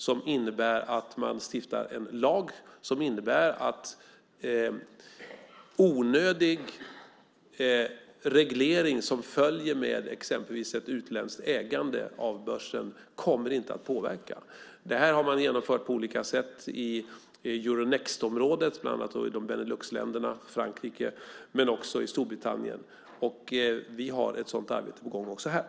Det innebär att man stiftar en lag som innebär att onödig reglering som följer med exempelvis ett utländskt ägande av börsen inte kommer att påverka. Det här har man genomfört på olika sätt i euronextområdet, bland annat i Beneluxländerna och Frankrike men också i Storbritannien, och vi har ett sådant arbete på gång också här.